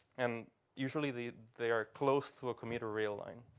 and usually, the they are close to a commuter rail line.